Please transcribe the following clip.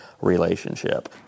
relationship